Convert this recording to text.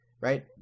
right